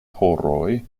horoj